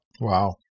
wow